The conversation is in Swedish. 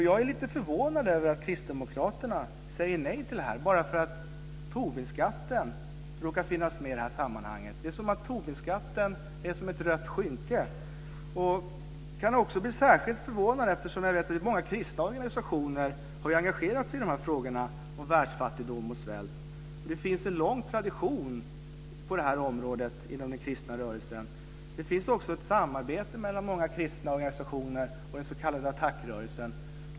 Jag är lite förvånad över att kristdemokraterna säger nej till det här bara för att Tobinskatten råkar finnas med i sammanhanget. Det är som om Tobinskatten är som ett rött skynke. Jag blir särskilt förvånad eftersom jag vet att många kristna organisationer har engagerat sig i de här frågorna, världsfattigdom och svält. Det finns en lång tradition på det här området inom den kristna rörelsen. Det finns också ett samarbete mellan många kristna organisationer och den s.k. ATTAC-rörelsen.